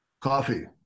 Coffee